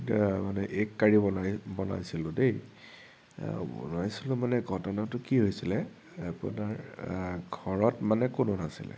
মানে egg curry বনাই বনাইছিলো দেই বনাইছিলো মানে ঘটনাটো কি হৈছিলে আপোনাৰ ঘৰত মানে কোনো নাছিলে